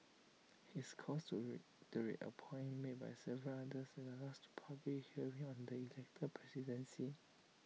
his calls reiterate A point made by several others at the last two public hearing on the elected presidency